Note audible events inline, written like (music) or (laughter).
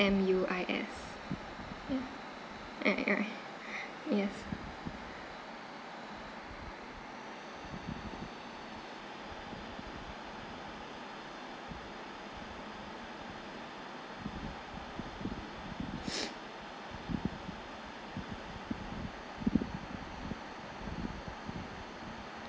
M_U_I_S (laughs) yes (noise)